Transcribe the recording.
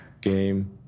game